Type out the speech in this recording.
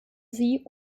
sie